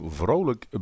vrolijk